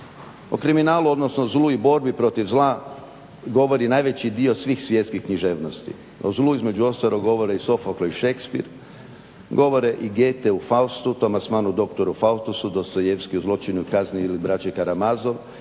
O kriminalu odnosno zlu i borbi protiv zla govori najveći dio svih svjetskih književnosti. O zlu između ostalog govore i Sofoklo i Shakespeare, govori i Goethe u Faustu, Tommas Mann u Doktoru Faustusu, Dostojevski u Zločinu i kazni ili Braći Karamazovi,